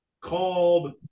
called